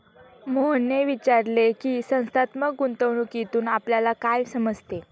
मोहनने विचारले की, संस्थात्मक गुंतवणूकीतून आपल्याला काय समजते?